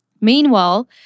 Meanwhile